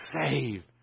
save